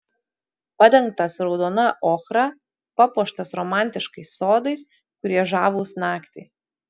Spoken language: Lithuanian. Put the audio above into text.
padengtas raudona ochra papuoštas romantiškais sodais kurie žavūs naktį